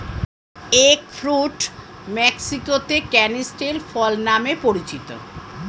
egg fruit মেক্সিকোতে canistel ফল নামে পরিচিত